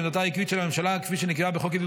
היא עמדתה העקבית של הממשלה כפי שנקבעה בחוק עידוד